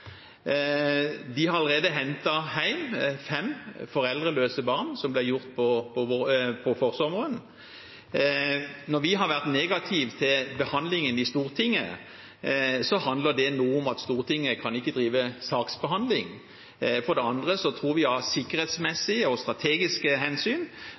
En har allerede hentet hjem fem foreldreløse barn, noe som ble gjort på forsommeren. Når vi har vært negative til behandlingen i Stortinget, handler det om at Stortinget for det første ikke kan drive saksbehandling. For det andre tror vi av sikkerhetsmessige og strategiske hensyn